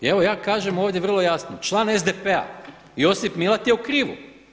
I evo ja kažem ovdje vrlo jasno član SDP-a Josip Milat je u krivu.